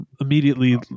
immediately